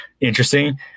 interesting